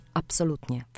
absolutnie